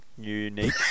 unique